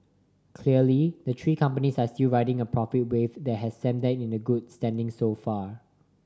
clearly the three companies are still riding a profit wave that has set them in good standing so far